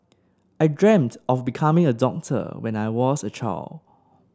I dreamt of becoming a doctor when I was a child